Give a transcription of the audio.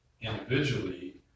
individually